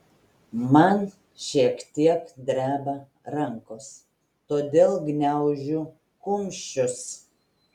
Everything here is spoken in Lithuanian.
man šiek tiek dreba rankos todėl gniaužiu kumščius